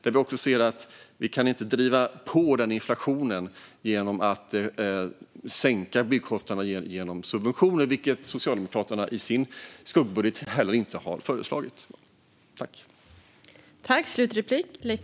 Vi ser också att vi inte kan driva på inflationen genom att sänka byggkostnaderna med hjälp av subventioner, vilket Socialdemokraterna inte heller har föreslagit i sin skuggbudget.